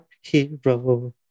hero